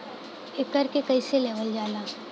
एकरके कईसे लेवल जाला?